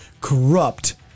corrupt